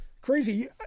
crazy